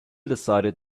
decided